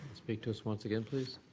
speak to us once again, please.